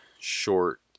short